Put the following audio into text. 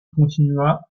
continua